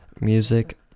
music